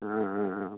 ஆ ஆ ஆ